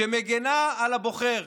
שמגינה על הבוחר,